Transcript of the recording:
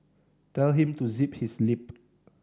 tell him to zip his lip